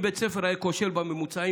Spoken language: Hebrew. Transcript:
אם בית ספר היה כושל בממוצעים,